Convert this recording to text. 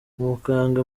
umukambwe